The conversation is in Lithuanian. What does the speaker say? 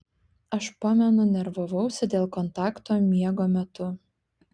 aš pamenu nervavausi dėl kontakto miego metu